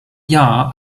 jahr